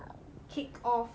kick off